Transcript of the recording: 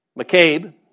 McCabe